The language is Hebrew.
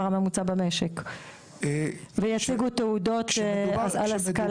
הממוצע במשק ויציגו תעודות על השכלה?